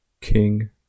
King